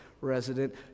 resident